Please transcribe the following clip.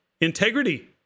integrity